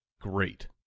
great